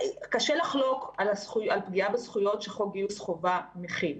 קשה לחלוק על הפגיעה בזכויות שחוק גיוס חובה מחיל.